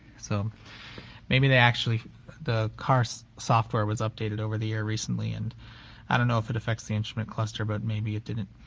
so maybe they actually the car's software was updated over the air recently and i don't know if it affects the instrument cluster but maybe it did.